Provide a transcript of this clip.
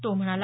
तो म्हणाला